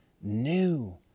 new